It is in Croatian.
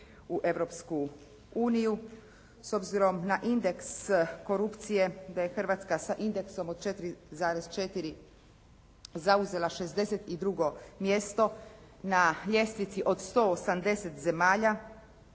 uniju s obzirom na indeks korupcije, da je Hrvatska s indeksom od 4,4 zauzela 62 mjesto na ljestvici od 180 zemalja,